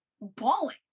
bawling